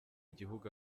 igihugu